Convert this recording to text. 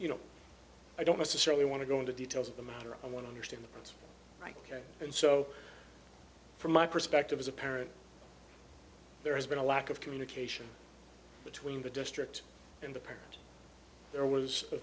you know i don't necessarily want to go into details of the matter i want to understand that's right ok and so from my perspective as a parent there has been a lack of communication between the district and the parent there was